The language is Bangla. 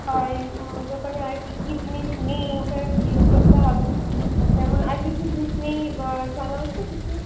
আর দোকানে আর কী কী জিনিস নেই ওটার একটা লিস্ট করতে হবে আর যেমন আর কী কী জিনিস নেই জানা আছে কিছু